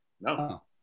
No